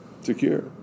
secure